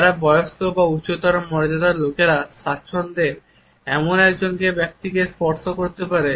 যারা বয়স্ক বা উচ্চতর মর্যাদার লোকেরা স্বাচ্ছন্দ্যে এমন একজন ব্যক্তিকে স্পর্শ করতে পারে